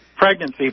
Pregnancy